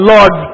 Lord